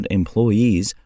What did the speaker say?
employees